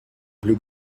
blue